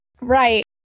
right